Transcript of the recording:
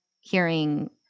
hearing